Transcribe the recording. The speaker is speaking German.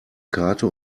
karte